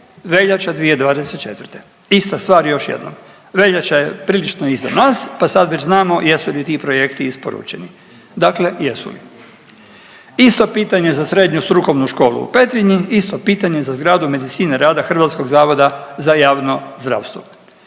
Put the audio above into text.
veljača 2024. Ista stvar još jednom, veljača je prilično iza nas pa sad već znamo jesu li ti projekti isporučeni. Dakle jesu li? Isto pitanje za Srednju strukovnu školu u Petrinji, isto pitanje za zgradu medicine rada HZJZ-a. I na kraju